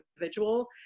individual